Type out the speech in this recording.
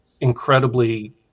incredibly